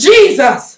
Jesus